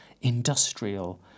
industrial